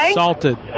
salted